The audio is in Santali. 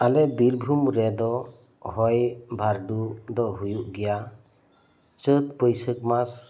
ᱟᱞᱮ ᱵᱤᱨᱵᱷᱩᱢ ᱨᱮᱫᱚ ᱦᱚᱭ ᱵᱷᱟᱨᱰᱩ ᱫᱚ ᱦᱩᱭᱩᱜ ᱜᱮᱭᱟ ᱪᱟᱹᱛ ᱵᱟᱹᱭᱥᱟᱹᱠᱷ ᱢᱟᱥ